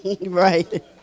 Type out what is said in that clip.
Right